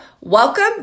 Welcome